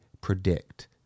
predict